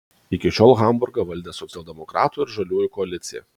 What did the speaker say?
iki šiol hamburgą valdė socialdemokratų ir žaliųjų koalicija